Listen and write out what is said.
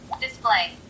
Display